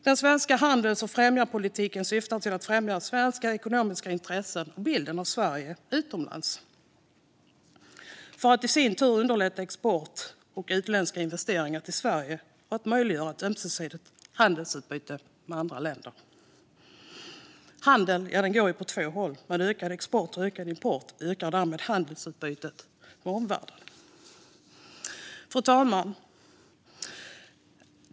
Den svenska handels och främjandepolitiken syftar till att främja svenska ekonomiska intressen och bilden av Sverige utomlands för att underlätta export och utländska investeringar i Sverige och för att möjliggöra ett ömsesidigt handelsutbyte med andra länder. Handeln går ju åt två håll. Med ökad export och ökad import ökar handelsutbytet med omvärlden. Fru talman!